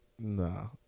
No